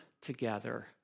together